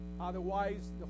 Otherwise